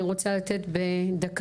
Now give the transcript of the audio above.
אני רוצה לתת בדקה,